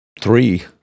three